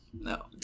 No